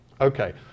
Okay